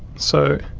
so